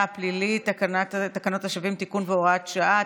הפלילי ותקנת השבים (תיקון והוראת שעה),